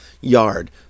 yard